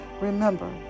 Remember